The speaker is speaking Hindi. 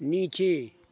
नीचे